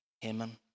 Haman